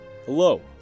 Hello